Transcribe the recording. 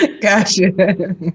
Gotcha